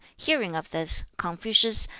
hearing of this, confucius,